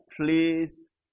please